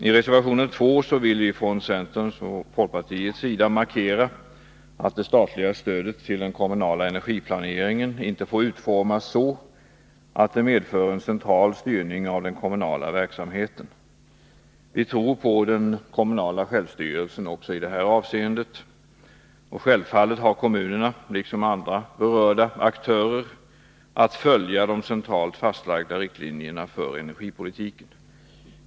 I reservation 2 vill vi från centerns och folkpartiets sida markera att det statliga stödet till den kommunala energiplaneringen inte får utformas så, att det medför en central styrning av den kommunala verksamheten. Vi tror på den kommunala självstyrelsen också i det här avseendet. Självfallet har kommunerna liksom andra berörda aktörer att följa de centralt fastlagda riktlinjerna för energipolitiken.